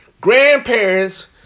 Grandparents